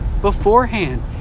beforehand